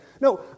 No